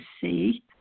see